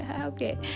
Okay